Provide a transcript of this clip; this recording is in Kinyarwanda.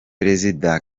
perezida